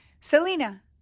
selena